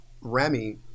Remy